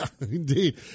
indeed